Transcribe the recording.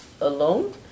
alone